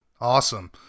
Awesome